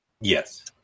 Yes